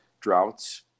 droughts